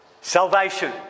salvation